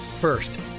First